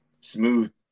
smooth